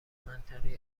منطقی